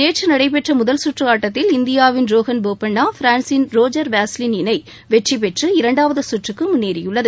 நேற்று நடைபெற்ற முதல் குற்று ஆட்டத்தில் இந்தியாவின் ரோஹன் போபண்ணா பிரான்சின் ரோஜர் வெஸ்லின் இணை வெற்றி பெற்று இரண்டாவது சுற்றுக்கு முன்னேறியுள்ளது